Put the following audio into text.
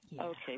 Okay